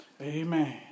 Amen